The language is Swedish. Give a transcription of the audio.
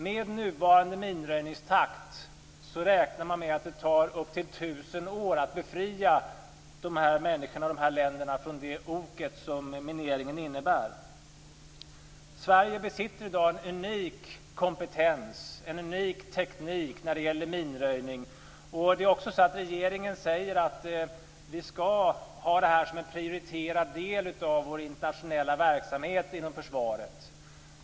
Med nuvarande minröjningstakt räknar man med att det tar upp till tusen år att befria de här människorna och dessa länder från det ok som mineringen innebär. Sverige besitter i dag en unik kompetens, en unik teknik, när det gäller minröjning. Regeringen säger också att det här skall vara en prioriterad del av den internationella verksamheten inom försvaret.